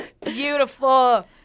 Beautiful